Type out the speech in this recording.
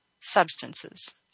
substances